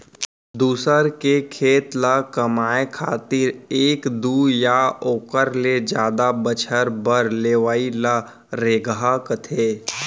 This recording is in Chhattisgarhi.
दूसर के खेत ल कमाए खातिर एक दू या ओकर ले जादा बछर बर लेवइ ल रेगहा कथें